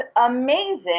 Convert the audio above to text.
amazing